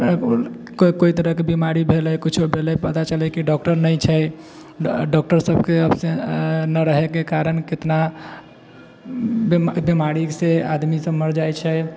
कोइ तरहके बीमारी भेलय कुछो भेलय पता चललै कि डॉक्टर नहि छै डॉक्टरसभके अब्सँ ना रहयके कारण कितना बीमारीसँ आदमीसभ मरि जाइत छै